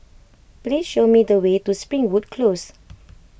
please show me the way to Springwood Close